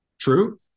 true